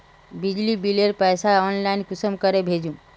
बिजली बिलेर पैसा ऑनलाइन कुंसम करे भेजुम?